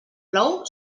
plou